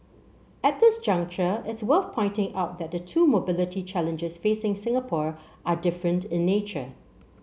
at this juncture it's worth pointing out that the two mobility challenges facing Singapore are different in nature